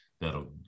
that'll